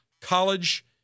college